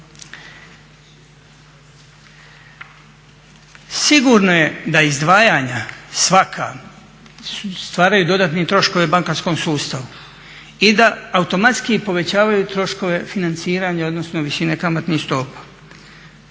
Sigurno je da izdvajanja svaka stvaraju dodatne troškove bankarskom sustavu i da automatski povećavaju troškove financiranja odnosno visine kamatnih stopa.